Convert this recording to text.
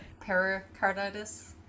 Pericarditis